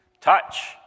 Touch